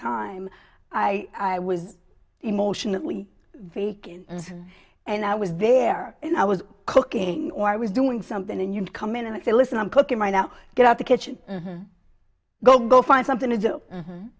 time i was emotionally vacant and and i was there and i was cooking or i was doing something and you come in and i say listen i'm cooking right now get out the kitchen go go find something to do